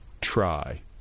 try